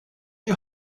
you